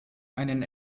einen